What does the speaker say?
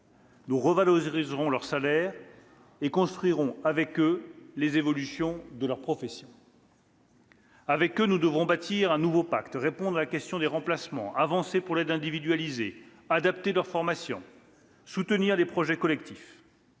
Nous revaloriserons leurs salaires et construirons, avec eux, les évolutions de leur profession. « Avec eux, nous devrons bâtir un nouveau pacte, répondre à la question des remplacements, avancer pour l'aide individualisée, adapter leur formation, soutenir les projets collectifs.